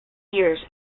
years